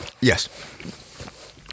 Yes